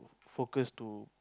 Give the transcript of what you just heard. focus to